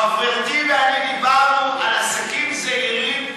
חברתי ואני דיברנו על עסקים זעירים,